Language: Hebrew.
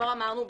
כבר אמרנו,